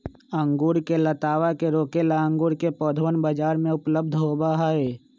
अंगूर के लतावा के रोके ला अंगूर के पौधवन बाजार में उपलब्ध होबा हई